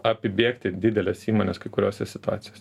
apibėgti dideles įmones kai kuriose situacijos